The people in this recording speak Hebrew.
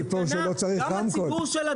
טל, אני רוצה להמשיך.